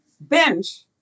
bench